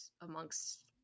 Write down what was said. amongst